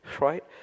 right